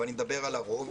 אבל אני מדבר על הרוב.